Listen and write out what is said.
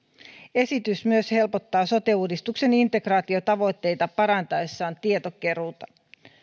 esitys myös helpottaa sote uudistuksen integraatiotavoitteita parantaessaan tiedonkeruuta